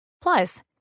Plus